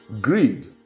Greed